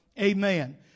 Amen